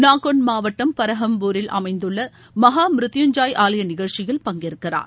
Nakhon மாவட்டம் பரஹம்பூரில் அமைந்துள்ள மஹாமிருத்யுஞ்சாய் ஆலய நிகழ்ச்சியில் பங்கேற்கிறார்